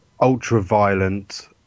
Ultra-violent